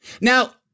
Now